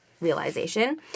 realization